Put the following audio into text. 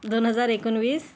दोन हजार एकोणवीस